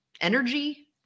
energy